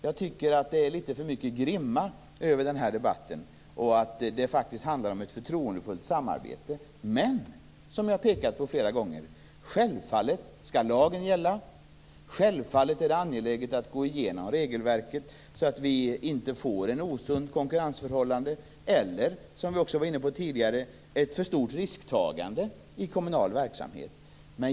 Jag tycker att det är litet för mycket grimma över debatten. Det handlar faktiskt om ett förtroendefullt samarbete. Men - som jag har pekat på flera gånger - självfallet skall lagen gälla. Självfallet är det angeläget att gå igenom regelverket så att vi inte får ett osunt konkurrensförhållande eller ett för stort risktagande i kommunal verksamhet, vilket vi var inne på tidigare.